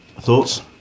Thoughts